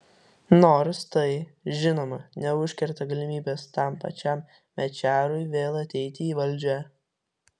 nors tai žinoma neužkerta galimybės tam pačiam mečiarui vėl ateiti į valdžią